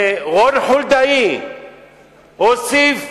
ורון חולדאי הוסיף